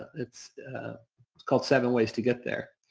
it's called seven ways to get there,